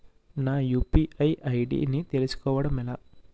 నా UPI ID ని తెలుసుకోవడం ఎలా?